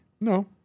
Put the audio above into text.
No